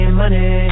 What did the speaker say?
money